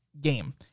game